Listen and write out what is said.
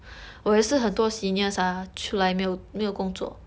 I think so ah